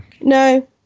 No